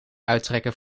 uittrekken